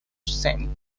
saint